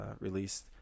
released